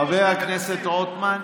חבר הכנסת רוטמן.